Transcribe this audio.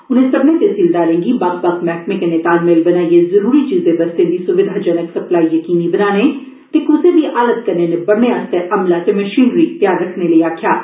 उनें सब्बनें तहसीलदारें गी बक्ख बक्ख मैहकम कन्नै तालमक्ष बनाइयै जरुरी चीजें बस्तें दी स्विधाजनक सप्लाई यकीनी बनान त कूसै बी हालात कन्नै निबइन आस्तै अमला त मशीनरी तैयार रक्खन ताई आक्खभा ऐ